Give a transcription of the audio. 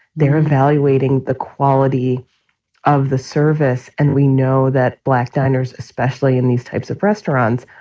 they're evaluating the quality of the service. and we know that black diners, especially in these types of restaurants,